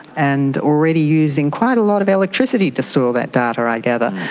and already using quite a lot of electricity to store that data i gather.